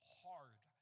hard